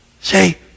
Say